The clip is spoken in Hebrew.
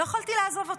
לא יכולתי לעזוב אותה.